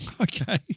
okay